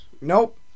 Nope